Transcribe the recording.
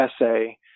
essay